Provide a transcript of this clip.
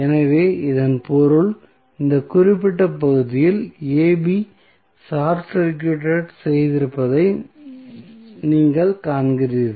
எனவே இதன் பொருள் இந்த குறிப்பிட்ட பகுதியை ab ஷார்ட் சர்க்யூட் செய்திருப்பதை நீங்கள் காண்கிறீர்கள்